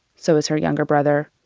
so is her younger brother.